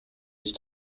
ich